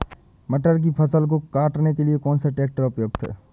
मटर की फसल को काटने के लिए कौन सा ट्रैक्टर उपयुक्त है?